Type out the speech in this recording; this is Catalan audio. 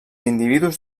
individus